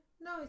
No